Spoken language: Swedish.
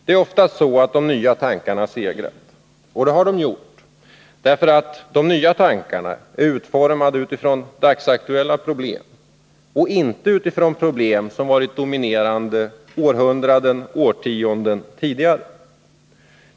Det är oftast så, att de nya tankarna segrat, och det har de gjort därför att de är utformade utifrån dagsaktuella problem och inte från problem som varit dominerande århundraden eller årtionden tidigare.